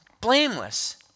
blameless